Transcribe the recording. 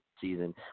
season